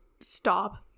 stop